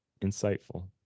Insightful